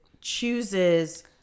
chooses